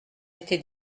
été